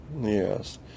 Yes